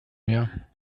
mehr